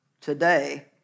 today